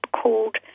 called